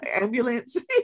ambulance